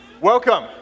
welcome